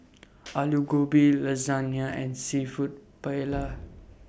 Alu Gobi Lasagna and Seafood Paella